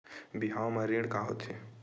बिहाव म ऋण का होथे?